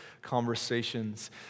conversations